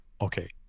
okay